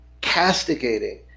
castigating